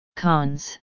Cons